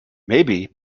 maybe